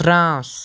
France